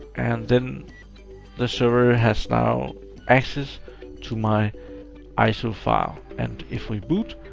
and then the server has now access to my iso file. and if we boot,